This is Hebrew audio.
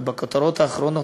בכותרות האחרונות,